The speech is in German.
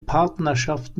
partnerschaft